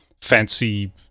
fancy